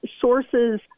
Sources